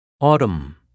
Autumn